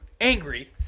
angry